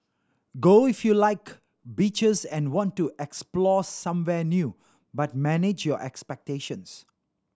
go if you like beaches and want to explore somewhere new but manage your expectations